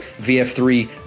VF3